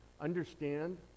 Understand